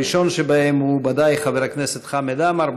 שהראשון שבהם הוא בוודאי חבר הכנסת חמד עמאר.